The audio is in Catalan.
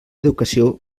educació